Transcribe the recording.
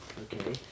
Okay